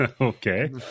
Okay